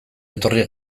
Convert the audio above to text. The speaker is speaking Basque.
etorri